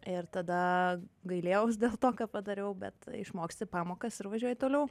ir tada gailėjaus dėl to ką padariau bet išmoksti pamokas ir važiuoji toliau